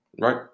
Right